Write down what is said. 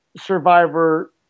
Survivor